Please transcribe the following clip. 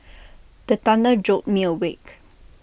the thunder jolt me awake